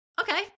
Okay